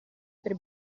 per